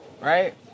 Right